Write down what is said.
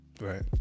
right